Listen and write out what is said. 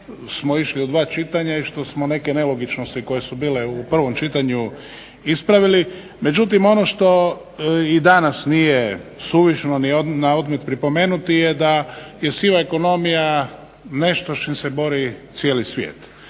smo išli u dva čitanja i što smo neke nelogičnosti koje su bile u prvom čitanju ispravili. Međutim, ono što ni danas nije suvišno ni na odmet pripomenuti je da siva ekonomija nešto s čim s bori cijeli svijet.